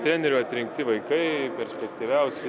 trenerių atrinkti vaikai perspektyviausi